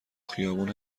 خیابون